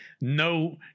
No